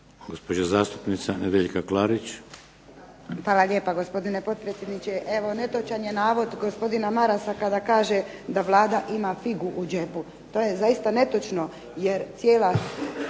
Klarić. **Klarić, Nedjeljka (HDZ)** Hvala lijepa gospodine potpredsjedniče. Evo netočan je navod gospodina Marasa kada kaže da Vlada ima figu u džepu. To je zaista netočno, jer cijela